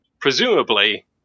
Presumably